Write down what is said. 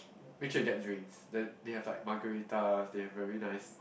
make sure you get drinks then they have like Margaritas they have very nice